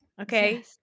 Okay